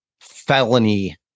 felony